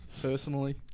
personally